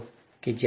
અને લોગ શું છે